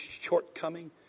shortcoming